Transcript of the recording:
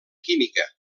química